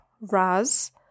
Raz